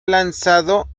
lanzado